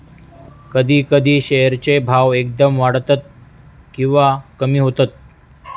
कधी कधी शेअर चे भाव एकदम वाढतत किंवा कमी होतत